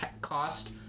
cost